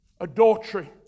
Adultery